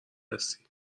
هستی